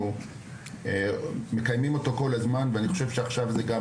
אנחנו מקיימים אותו כל הזמן ואני חושב שעכשיו זה דווקא